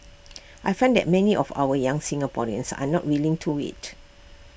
I find that many of our young Singaporeans are not willing to wait